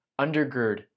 undergird